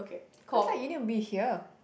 cause like you need to be here